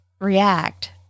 react